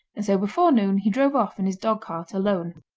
and so before noon he drove off in his dog-cart alone.